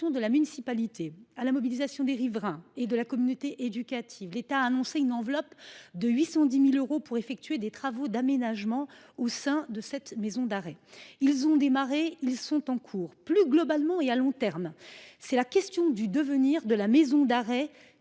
de la municipalité, de la mobilisation des riverains et de la communauté éducative, l’État a annoncé le fléchage d’une enveloppe de 810 000 euros pour effectuer des travaux d’aménagement au sein de cette maison d’arrêt. Ils sont en cours. Plus globalement et à long terme, c’est la question de l’avenir de la maison d’arrêt